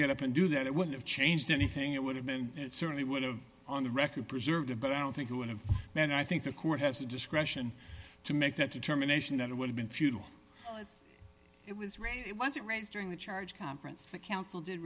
get up and do that it would have changed anything it would have been it certainly would have on the record preserved but i don't think you and me and i think the court has the discretion to make that determination that it would have been futile it was raised it wasn't raised during the charge conference that counsel did